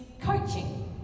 coaching